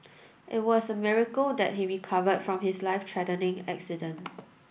it was a miracle that he recovered from his life threatening accident